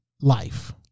life